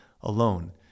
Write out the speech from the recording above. alone